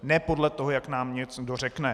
Ne podle toho, jak nám někdo řekne.